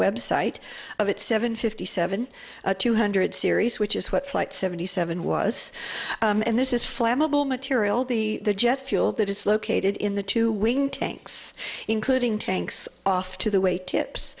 website of its seven fifty seven two hundred series which is what flight seventy seven was and this is flammable material the jet fuel that is located in the two wing tanks including tanks off to the way tips